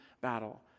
battle